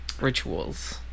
rituals